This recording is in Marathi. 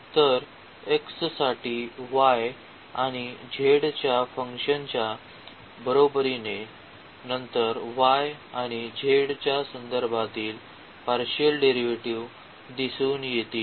तर x साठी y आणि z च्या फंक्शनच्या बरोबरीने नंतर y आणि z च्या संदर्भातील पार्शिअल डेरिव्हेटिव्ह दिसून येतील